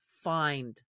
find